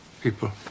people